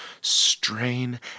strain